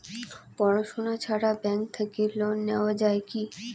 পড়াশুনা ছাড়া ব্যাংক থাকি লোন নেওয়া যায় কি?